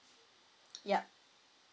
ya